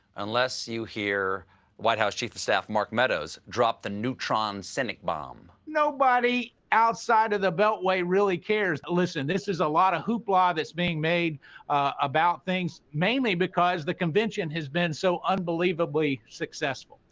unless you hear white house chief of staff mark meadows drop the neutron cynic bomb. nobody outside of the beltway really cares. listen, this is a lot of hoopla being made about things, mainly because the convention has been so unbelievably successful.